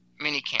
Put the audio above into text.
minicamp